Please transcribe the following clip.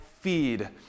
feed